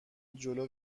جلو